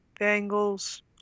Bengals